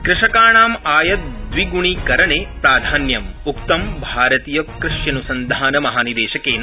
कृषकाणामायद्विग्णीकरणे प्राधान्यम् उक्तं भारतीयकृष्यन्सन्धानमहानिदेशकेन